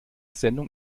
sendung